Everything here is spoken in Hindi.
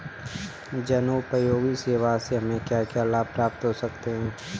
जनोपयोगी सेवा से हमें क्या क्या लाभ प्राप्त हो सकते हैं?